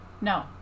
No